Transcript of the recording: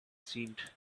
seemed